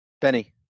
Benny